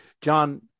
John